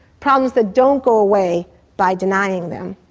problems that don't go away by denying them.